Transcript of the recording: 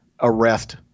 arrest